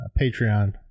Patreon